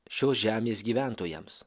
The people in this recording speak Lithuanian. šios žemės gyventojams